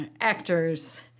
actors